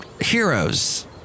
Heroes